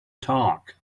talk